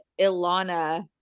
Ilana